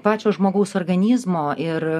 pačio žmogaus organizmo ir